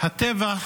הטבח